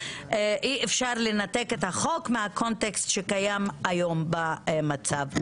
אי אפשר לנתק את החוק מהקונטקסט שקיים היום במצב.